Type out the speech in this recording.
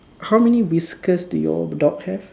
how many whiskers do your dog have